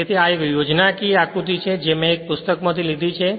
તેથી આ એક યોજનાકીય આકૃતિ છે જે મેં એક પુસ્તકમાંથી લીધી છે